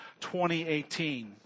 2018